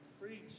Preach